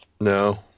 No